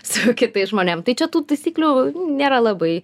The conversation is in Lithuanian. su kitais žmonėm tai čia tų taisyklių nėra labai